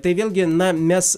tai vėlgi na mes